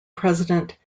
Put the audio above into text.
president